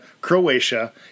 Croatia